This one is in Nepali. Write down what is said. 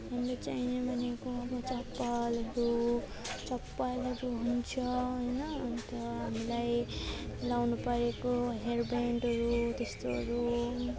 हामीले चाहिने भनेको चप्पलहरू चप्पलहरू हुन्छ होइन अन्त हामीलाई लगाउनु पाएको हेयरबेन्डहरू त्यस्तोहरू